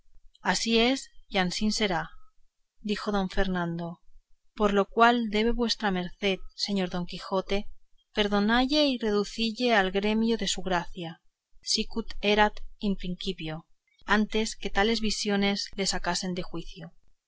ansí es y ansí será dijo don fernando por lo cual debe vuestra merced señor don quijote perdonalle y reducille al gremio de su gracia sicut erat in principio antes que las tales visiones le sacasen de juicio